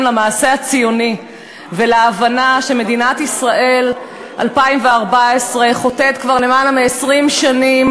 למעשה הציוני ולהבנה שמדינת ישראל 2014 חוטאת כבר למעלה מ-20 שנים